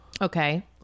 Okay